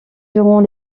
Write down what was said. durant